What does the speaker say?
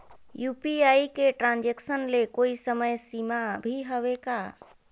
UPI के transaction ले कोई समय सीमा भी हवे का?